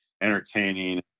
entertaining